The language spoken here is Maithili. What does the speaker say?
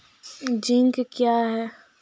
जिंक क्या हैं?